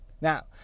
Now